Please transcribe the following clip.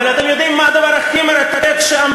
אבל אתם יודעים מה הדבר הכי מרתק שם,